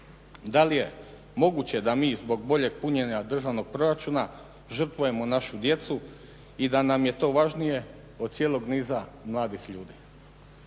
Da li je moguće da mi zbog boljeg punjenja državnog proračuna žrtvujemo našu djecu i da nam je to važnije od cijelog niza mladih ljudi.